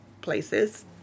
places